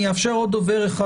אני אאפשר לעוד דובר אחד,